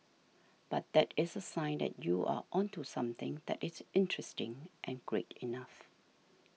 but that is a sign that you are onto something that is interesting and great enough